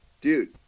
dude